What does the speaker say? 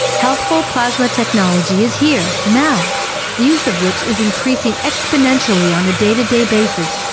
healthful plasma technology is here now. the use of which is increasing exponentially on a day to day basis,